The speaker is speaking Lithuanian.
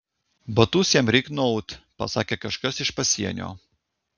batus jam reik nuaut pasakė kažkas iš pasienio